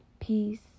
peace